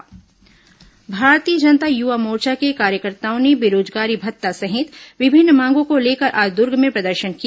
भाजयुमो प्रदर्शन भारतीय जनता युवा मोर्चा के कार्यकर्ताओं ने बेरोजगारी भत्ता सहित विभिन्न मांगों को लेकर आज दुर्ग में प्रदर्शन किया